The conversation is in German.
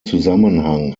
zusammenhang